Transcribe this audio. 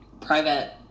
private